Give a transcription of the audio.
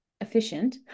efficient